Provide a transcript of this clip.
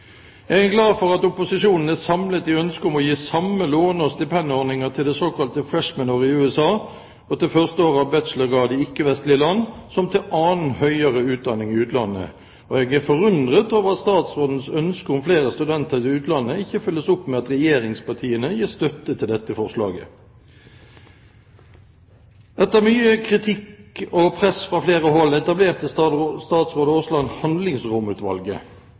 Jeg er glad for at opposisjonen er samlet i ønsket om å gi samme låne- og stipendordninger til det såkalte freshman-året i USA og til første år av bachelorgrad i ikke-vestlige land som til annen høyere utdanning i utlandet, og jeg er forundret over at statsrådens ønske om flere studenter til utlandet ikke følges opp med at regjeringspartiene gir støtte til dette forslaget. Etter mye kritikk og press fra flere hold etablerte statsråd Aasland Handlingsromutvalget.